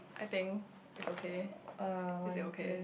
I think is okay is it okay